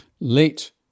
Late